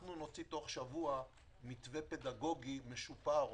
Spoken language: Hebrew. אנחנו נוציא תוך שבוע מתווה פדגוגי משופר,